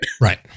Right